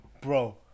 bro